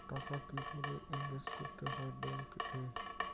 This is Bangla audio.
টাকা কি করে ইনভেস্ট করতে হয় ব্যাংক এ?